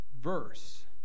verse